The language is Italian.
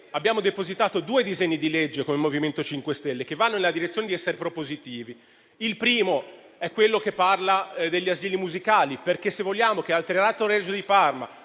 abbiamo depositato due disegni di legge con il MoVimento 5 Stelle che vanno nella direzione di essere propositivi. Il primo è quello che concerne gli asili musicali. Se vogliamo infatti che i giovani